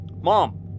Mom